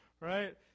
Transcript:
right